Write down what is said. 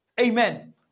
Amen